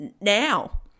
now